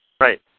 Right